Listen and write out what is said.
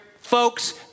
folks